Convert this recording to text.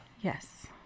Yes